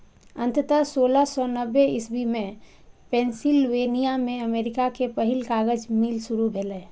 अंततः सोलह सय नब्बे इस्वी मे पेंसिलवेनिया मे अमेरिका के पहिल कागज मिल शुरू भेलै